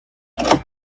hecho